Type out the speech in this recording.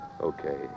Okay